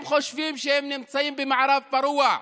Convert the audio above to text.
הם חושבים שהם נמצאים במערב פרוע.